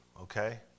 Okay